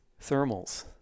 thermals